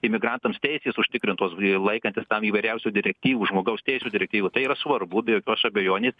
imigrantams teisės užtikrintos laikantis tam įvairiausių direktyvų žmogaus teisių direktyvų tai yra svarbu be jokios abejonės